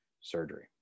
surgery